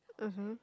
(uh huh)